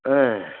ஆ